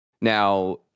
Now